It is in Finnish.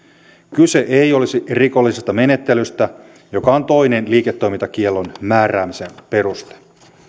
kyse ei olisi rikollisesta menettelystä joka on toinen liiketoimintakiellon määräämisen peruste